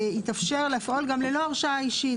יתאפשר לפעול גם ללא הרשאה אישית.